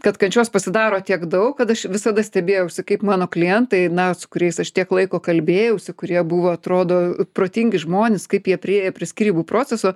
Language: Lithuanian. kad kančios pasidaro tiek daug kad aš visada stebėjausi kaip mano klientai na su kuriais aš tiek laiko kalbėjausi kurie buvo atrodo protingi žmonės kaip jie priėjo prie skyrybų proceso